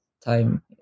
time